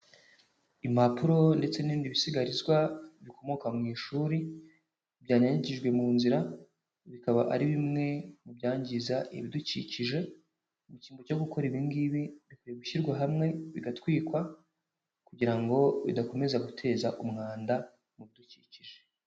Impapuro ndetse n'ibindi bisigazwa bikomoka mu ishuri, byanyanyagijwe mu nzira, bikaba ari bimwe mu byangiza ibidukikije, mu kimbo cyo gukora ibi ngibi bikwiye gushyirwa hamwe bigatwikwa kugira ngo bidakomeza guteza umwanda mu bidukikije.